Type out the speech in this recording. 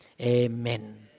Amen